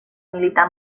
militar